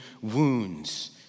wounds